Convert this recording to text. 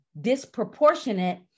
disproportionate